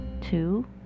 two